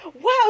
wow